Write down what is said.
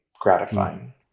gratifying